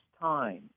time